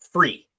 Free